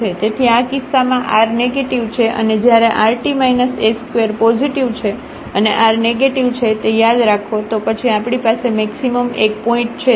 તેથી આ કિસ્સામાં r નેગેટીવ છે અને જ્યારે rt s2 પોઝિટિવ છે અને r નેગેટીવ છે તે યાદ રાખો તો પછી આપણી પાસે મેક્સિમમ એક પોઇન્ટ છે